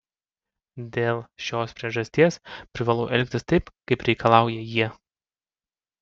dėl šios priežasties privalau elgtis taip kaip reikalauja jie